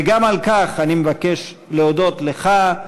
וגם על כך אני מבקש להודות לך,